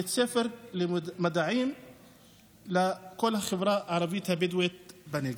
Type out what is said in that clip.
בית הספר למדעים לכל החברה הערבית הבדואית בנגב.